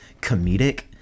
comedic